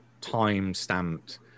time-stamped